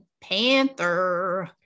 Panther